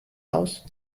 aus